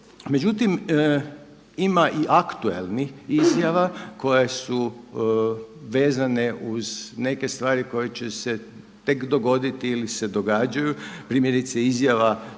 Međutim, ima i aktualnih izjava koje su vezane uz neke stvari koje će se tek dogoditi ili se događaju primjerice izjava